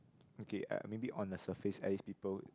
okay uh maybe on the surface at least people